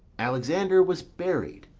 alexander was buried,